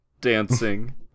dancing